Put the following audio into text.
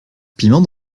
piment